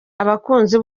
abakunzi